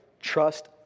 Trust